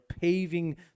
paving